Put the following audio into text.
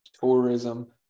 tourism